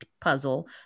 puzzle